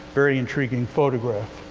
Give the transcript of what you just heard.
very intriguing photograph.